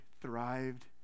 thrived